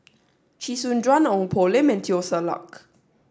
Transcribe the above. Chee Soon Juan Ong Poh Lim and Teo Ser Luck